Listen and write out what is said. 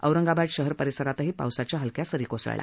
औरंगाबाद शहर परिसरातही पावसाच्या हलक्या सरी कोसळल्या